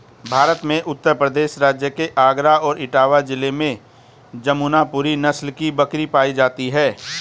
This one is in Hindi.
भारत में उत्तर प्रदेश राज्य के आगरा और इटावा जिले में जमुनापुरी नस्ल की बकरी पाई जाती है